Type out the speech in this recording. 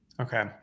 Okay